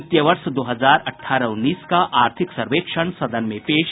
वित्तीय वर्ष दो हजार अठारह उन्नीस का आर्थिक सर्वेक्षण सदन में पेश